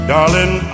Darling